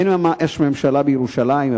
אין ממש ממשלה בירושלים,